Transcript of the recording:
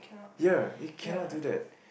ya you cannot do that